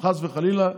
חס וחלילה,